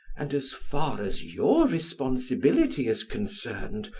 and as far as your responsibility is concerned,